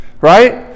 right